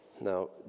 Now